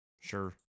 Sure